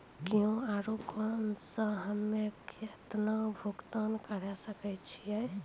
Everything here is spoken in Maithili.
क्यू.आर कोड से हम्मय केतना भुगतान करे सके छियै?